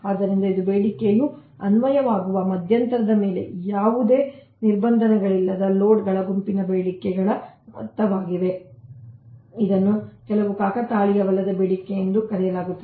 ಆದ್ದರಿಂದ ಇದು ಬೇಡಿಕೆಯು ಅನ್ವಯವಾಗುವ ಮಧ್ಯಂತರದ ಮೇಲೆ ಯಾವುದೇ ನಿರ್ಬಂಧಗಳಿಲ್ಲದೆ ಲೋಡ್ಗಳ ಗುಂಪಿನ ಬೇಡಿಕೆಗಳ ಮೊತ್ತವಾಗಿದೆ ಇದನ್ನು ಕೆಲವೊಮ್ಮೆ ಕಾಕತಾಳೀಯವಲ್ಲದ ಬೇಡಿಕೆ ಎಂದು ಕರೆಯಲಾಗುತ್ತದೆ